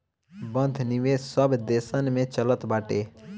बंध निवेश सब देसन में चलत बाटे